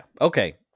Okay